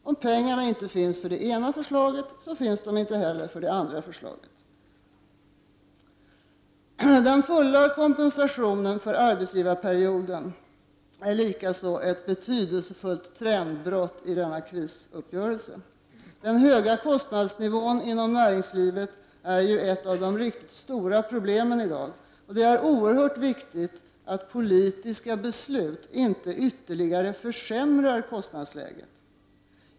Om pengarna inte finns för det ena förslaget, så finns de inte heller för det andra. Den fulla kompensationen för arbetsgivarperioden är ett betydelsefullt trendbrott i denna krisuppgörelse. Den höga kostnadsnivån inom näringslivet är ett av de riktigt stora problemen, och det är oerhört viktigt att politiska beslut inte ytterligare försämrar kostnadsläget.